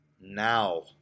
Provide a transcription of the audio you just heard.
Now